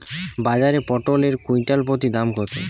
বাজারে পটল এর কুইন্টাল প্রতি দাম কত?